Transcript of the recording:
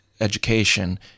education